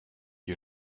you